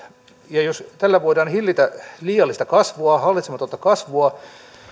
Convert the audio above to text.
ja jos tällä voidaan hillitä liiallista kasvua hallitsematonta kasvua